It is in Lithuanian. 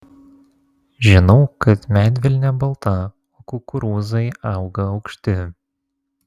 žinau kad medvilnė balta o kukurūzai auga aukšti